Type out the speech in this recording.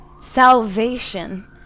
salvation